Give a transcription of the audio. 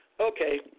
Okay